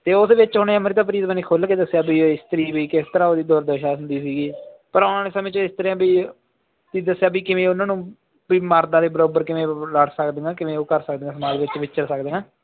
ਅਤੇ ਉਹਦੇ ਵਿੱਚ ਉਹਨੇ ਅੰਮ੍ਰਿਤਾ ਪ੍ਰੀਤਮ ਨੇ ਖੁੱਲ੍ਹ ਕੇ ਦੱਸਿਆ ਵੀ ਇਹ ਇਸਤਰੀ ਵੀ ਕਿਸ ਤਰ੍ਹਾਂ ਉਹਦੀ ਦੁਰਦਸ਼ਾ ਹੁੰਦੀ ਸੀਗੀ ਪਰ ਆਉਣ ਵਾਲੇ ਸਮੇਂ 'ਚ ਇਸ ਤਰ੍ਹਾਂ ਬੀ ਦੱਸਿਆ ਵੀ ਕਿਵੇਂ ਉਹਨਾਂ ਨੂੰ ਕੋਈ ਮਰਦਾਂ ਦੇ ਬਰਾਬਰ ਕਿਵੇਂ ਲੜ ਸਕਦੀਆਂ ਕਿਵੇਂ ਉਹ ਕਰ ਸਕਦੇ ਸਮਾਜ ਵਿੱਚ ਵਿਚਰ ਸਕਦੇ ਹਾਂ